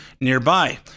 nearby